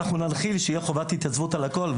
אנחנו ננחיל שתהיה חובת התייצבות על הכול,